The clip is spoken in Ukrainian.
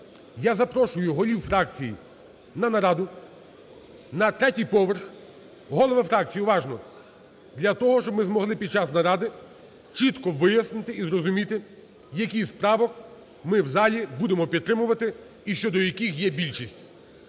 я запрошую голів фракцій на нараду, на третій поверх (голови фракцій, уважно!) для того, щоб ми змогли під час наради чітко вияснити і зрозуміти, які з правок ми у залі будемо підтримувати і щодо яких є більшість.